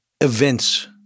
events